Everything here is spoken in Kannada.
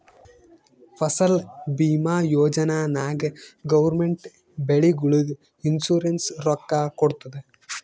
ಫಸಲ್ ಭೀಮಾ ಯೋಜನಾ ನಾಗ್ ಗೌರ್ಮೆಂಟ್ ಬೆಳಿಗೊಳಿಗ್ ಇನ್ಸೂರೆನ್ಸ್ ರೊಕ್ಕಾ ಕೊಡ್ತುದ್